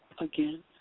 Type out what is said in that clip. again